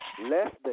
less